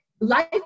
Life